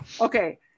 Okay